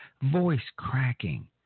voice-cracking